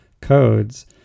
codes